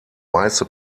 weiße